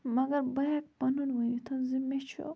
مگر بہٕ ہٮ۪کہٕ پَنُن ؤنِتھ زِ مےٚ چھُ